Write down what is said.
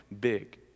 big